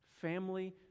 family